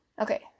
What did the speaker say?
Okay